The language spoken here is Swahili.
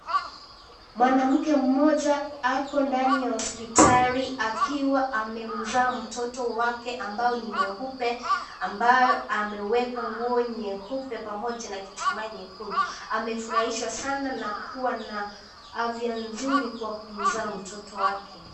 Mwanamke mmoja ako ndani ya hospitali akiwa amemzaa mtoto wake ambao ni mweupe ambaye ameweka nguo nyeupe pamoja na kitambaa nyekundu. Amefurahishwa Sana na kuwa na afya nzuri kwa kumzaa mtoto wake.